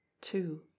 Two